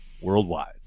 worldwide